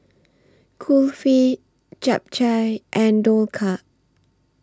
Kulfi Japchae and Dhokla